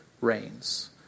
reigns